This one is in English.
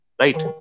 Right